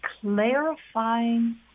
clarifying